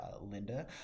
Linda